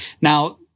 Now